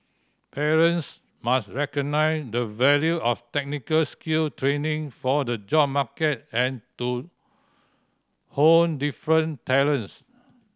parents must recognise the value of technical skill training for the job market and to hone different talents